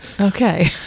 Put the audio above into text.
Okay